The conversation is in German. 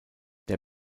der